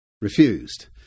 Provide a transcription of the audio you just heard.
refused